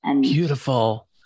Beautiful